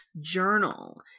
journal